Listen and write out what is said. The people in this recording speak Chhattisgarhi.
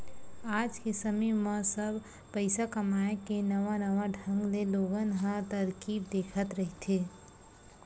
आज के समे म सब पइसा कमाए के नवा नवा ढंग ले लोगन ह तरकीब देखत रहिथे